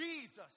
Jesus